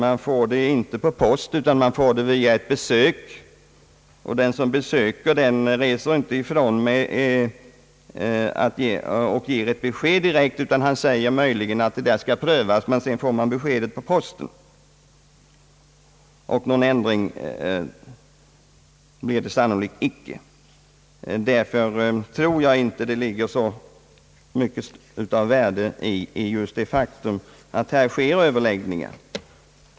De får det inte per post genast utan de får ett besök, och den som besöker ger inte beskedet direkt utan han säger möjligen att saken skall prövas, och sedan reser han tillbaka, och till sist kommer beskedet på posten. Någon ändring blir det mycket sällan. Därför tror jag inte att det ligger så mycket av värde i just det faktum att överläggningar sker.